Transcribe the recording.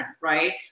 right